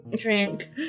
Drink